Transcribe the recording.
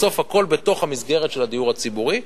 בסוף הכול בתוך המסגרת של הדיור הציבורי.